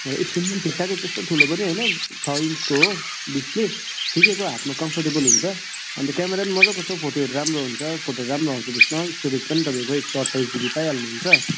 हजुर स्क्रिन पनि ठिकठाकै त्यस्तो ठुलो पनि होइन छ इन्चको हो डिस्प्ले ठिकैको हातमा कम्फोर्टेबल हुन्छ अन्त क्यामरा पनि मजाको छ हौ फोटोहरू राम्रो हुन्छ फोटो राम्रो आउँछ त्यसमा स्टोरेज पनि तपाईँको एक सौ अठ्ठाइस जिबी पाइहाल्नु हुन्छ